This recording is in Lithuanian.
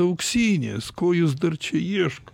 auksinės ko jos dar čia ieško